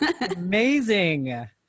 Amazing